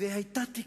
והיתה תקווה,